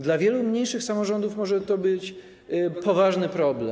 Dla wielu mniejszych samorządów może to być poważny problem.